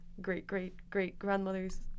great-great-great-grandmother's